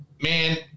Man